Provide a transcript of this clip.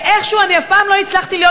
ואיכשהו אני אף פעם לא הצלחתי להיות